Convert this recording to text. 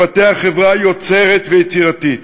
לפתח חברה יוצרת ויצירתית,